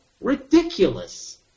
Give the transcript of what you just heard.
Ridiculous